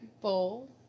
bowl